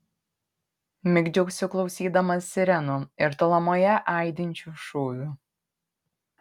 migdžiausi klausydamas sirenų ir tolumoje aidinčių šūvių